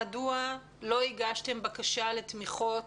מדוע לא הגשתם בקשה לתמיכות